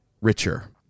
richer